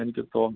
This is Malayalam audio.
എനിക്ക് ഇപ്പോൾ